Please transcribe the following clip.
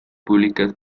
públicas